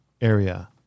area